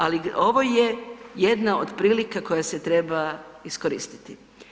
Ali, ovo je jedna od prilika koja se treba iskoristiti.